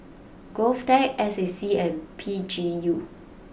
Govtech S A C and P G U